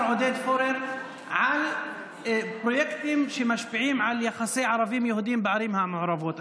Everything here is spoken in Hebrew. עודד פורר על פרויקטים שמשפיעים על יחסי ערבים-יהודים בערים המעורבות.